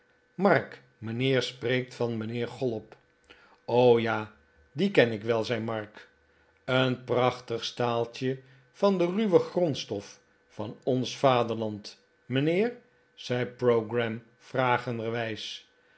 mark mijnheer spreekt van mijnheer chollop ja dien ken ik wel zei mark een prachtig staaltje van de ruwe grondstof van ons vaderland mijnheer zei pogram